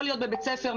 יכול להיות בבית ספר,